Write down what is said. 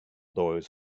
doors